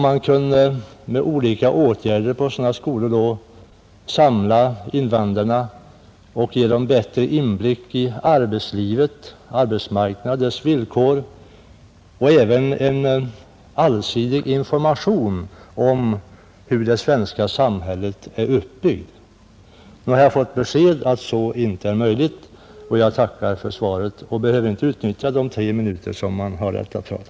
Man skulle då också genom olika åtgärder kunna samla invandrarna på sådana skolor och ge dem en bättre inblick i det svenska arbetslivet, arbetsmarknaden och dess villkor och även information om hur det svenska samhället är uppbyggt. Nu har jag fått beskedet att det inte är möjligt. Jag tackar för svaret och behöver då inte utnyttja de tre minuter som man har rätt att tala.